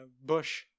Bush